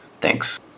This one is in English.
Thanks